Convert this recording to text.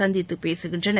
சந்தித்துப் பேசுகின்றனர்